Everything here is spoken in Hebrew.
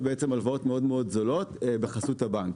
הלוואות מאוד מאוד זולות בחסות הבנק.